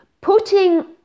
putting